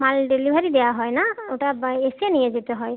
মাল ডেলিভারি দেওয়া হয় না ওটা এসে নিয়ে যেতে হয়